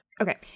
Okay